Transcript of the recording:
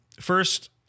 First